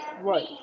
right